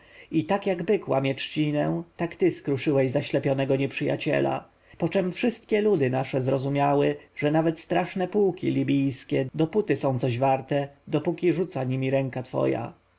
i jak byk łamie trzcinę tak ty skruszyłeś zaślepionego nieprzyjaciela poczem wszystkie ludy nasze zrozumiały że nawet straszne pułki libijskie dopóty są coś warte dopóki rzuca niemi twoja